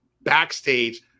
backstage